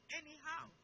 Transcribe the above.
anyhow